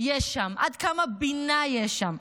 יש שם, עד כמה בינה יש שם,